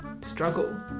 struggle